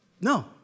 No